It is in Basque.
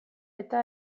eta